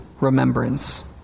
remembrance—